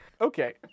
Okay